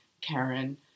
Karen